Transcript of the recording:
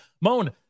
Moan